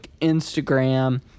Instagram